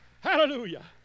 hallelujah